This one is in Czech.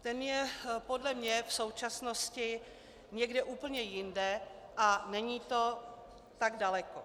Ten je podle mě v současnosti někde úplně jinde a není to tak daleko.